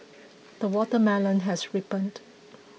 the watermelon has ripened